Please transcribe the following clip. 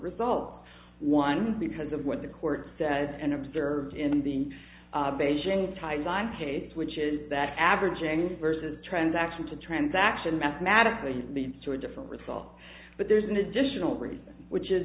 results one because of what the court said and observed in the beijing timeline case which is that averaging versus transaction to transaction mathematically leads to a different result but there's an additional reason which is